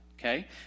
okay